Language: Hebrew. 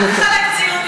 אל תחלק ציונים.